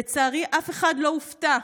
לצערי אף אחד לא הופתע.